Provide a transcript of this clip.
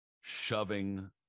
shoving